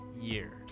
years